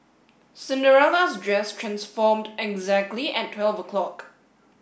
Cinderella's dress transformed exactly at twelve o'clock